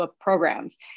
programs